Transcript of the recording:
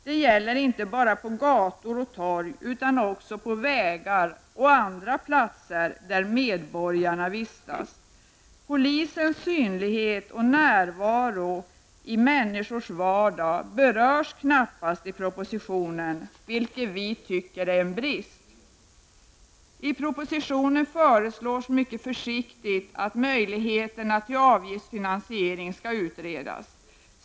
Det gäller inte bara på gator och torg, utan också på vägar och andra platser där medborgarna vistas. Polisens synlighet och närvaro i människors vardag berörs knappast i propositionen, vilket vi tycker är en brist. I propositionen föreslås mycket försiktigt att möjligheterna till avgiftsfinansiering skall utredas.